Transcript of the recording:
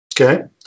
Okay